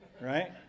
right